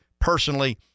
Personally